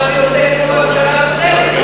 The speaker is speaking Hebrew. עכשיו זה יוצא כמו בממשלה הקודמת.